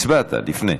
הצבעת לפני.